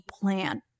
plan